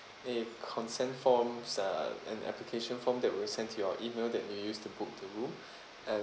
a consent forms uh and application form that we'll send to your email that you used to book the room and